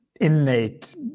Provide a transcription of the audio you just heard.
innate